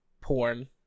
porn